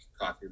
coffee